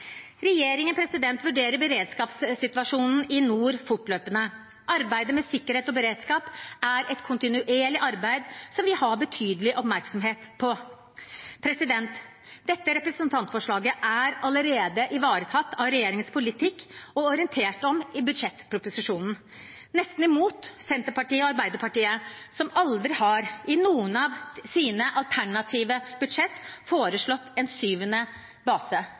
Regjeringen vurderer beredskapssituasjonen i nord fortløpende. Arbeidet med sikkerhet og beredskap er et kontinuerlig arbeid som vi har betydelig oppmerksomhet på. Dette representantforslaget er allerede ivaretatt av regjeringens politikk og orientert om i budsjettproposisjonen, nesten tvert imot Arbeiderpartiet og Senterpartiet, som aldri i noen av sine alternative budsjetter har foreslått en syvende base.